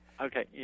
Okay